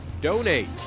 donate